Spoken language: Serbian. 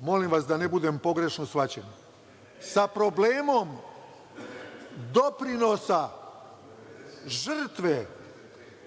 molim vas da ne budem pogrešno shvaćen, sa problemom doprinosa žrtve